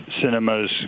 cinemas